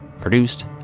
Produced